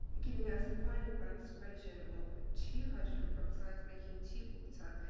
giving us a final balanced equation of two hydrogen peroxides, making two water,